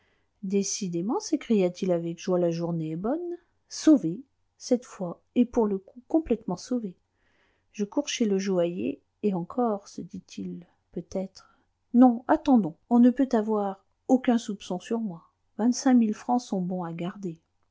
décidément s'écria-t-il avec joie la journée est bonne sauvé cette fois et pour le coup complètement sauvé je cours chez le joaillier et encore se dit-il peut-être non attendons on ne peut avoir aucun soupçon sur moi vingt-cinq mille francs sont bons à garder